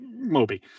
Moby